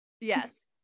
yes